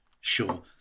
Sure